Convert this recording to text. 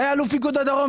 שהיה אלוף פיקוד הדרום,